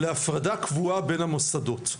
להפרדה קבועה בין המוסדות,